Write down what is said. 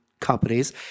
companies